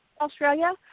Australia